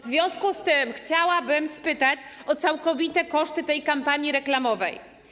W związku z tym chciałabym spytać o całkowite koszty tej kampanii reklamowej.